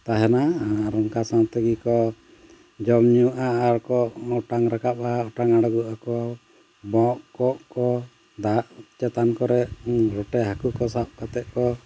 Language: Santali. ᱛᱟᱦᱮᱱᱟ ᱟᱨ ᱚᱱᱠᱟ ᱥᱟᱶᱛᱮᱜᱮ ᱠᱚ ᱡᱚᱢ ᱧᱩᱣᱟᱜᱼᱟ ᱟᱨ ᱠᱚ ᱚᱴᱟᱝ ᱨᱟᱠᱟᱵᱼᱟ ᱚᱴᱟᱝ ᱟᱬᱜᱚᱜ ᱟᱠᱚ ᱵᱚᱠ ᱠᱚᱸᱜ ᱠᱚ ᱫᱟᱜ ᱪᱮᱛᱟᱱ ᱠᱚᱨᱮ ᱨᱚᱴᱮ ᱦᱟᱹᱠᱩ ᱠᱚ ᱥᱟᱵ ᱠᱟᱛᱮᱫ ᱠᱚ